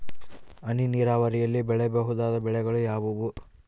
ಹನಿ ನೇರಾವರಿಯಲ್ಲಿ ಬೆಳೆಯಬಹುದಾದ ಬೆಳೆಗಳು ಯಾವುವು?